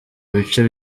bice